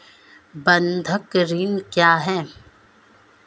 बंधक ऋण क्या है?